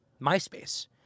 MySpace